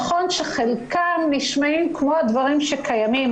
נכון שחלקם נשמעים כמו דברים שקיימים,